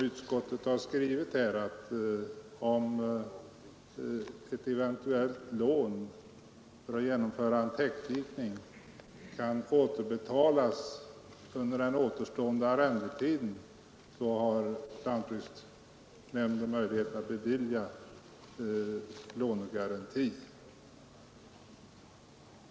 Utskottet har skrivit att om lån för att genomföra en täckdikning kan återbetalas under den återstående arrendetiden, så har lantbruksnämnden möjlighet att bevilja lånegaranti.